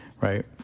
right